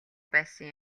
байсан